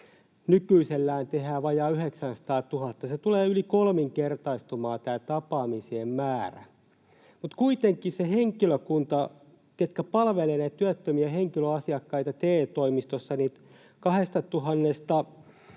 nykyisellään tehdään vajaa 900 000. Tämä tapaamisten määrä tulee yli kolminkertaistumaan, mutta kuitenkin sen henkilökunnan, ketkä palvelevat näitä työttömiä henkilöasiakkaita TE-toimistossa,